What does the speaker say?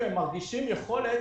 חברי הכנסת מרגישים יכולת